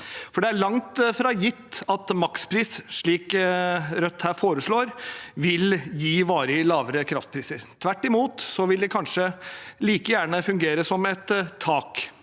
Det er langt fra gitt at maks pris, slik Rødt her foreslår, vil gi varig lavere kraftpriser. Tvert imot vil det kanskje like gjerne fungere som et tak.